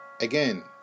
Again